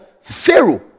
Pharaoh